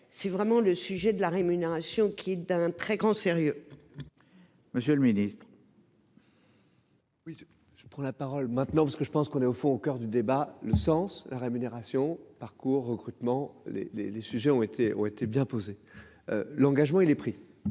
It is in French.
c'est vraiment le sujet de la rémunération qui est d'un très grand sérieux. Monsieur le Ministre. Oui, je prends la parole maintenant parce que je pense qu'on est au fond au coeur du débat le sens la rémunération parcours recrutement les les les sujets ont été ont été bien posées. L'engagement il est pris.